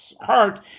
heart